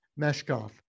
Meshkov